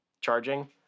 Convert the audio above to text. charging